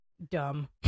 Dumb